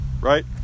right